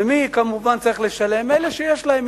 ומי כמובן צריך לשלם אלה שיש להם,